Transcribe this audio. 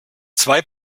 zwei